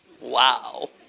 Wow